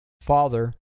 Father